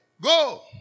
Go